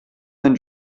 than